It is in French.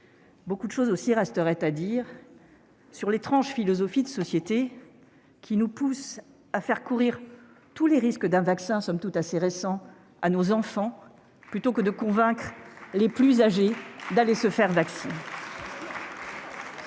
Beaucoup de choses resteraient également à dire sur l'étrange philosophie de société qui nous pousse à faire courir tous les risques d'un vaccin somme toute assez récent à nos enfants au lieu de convaincre les plus âgés de se faire vacciner.